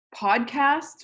podcast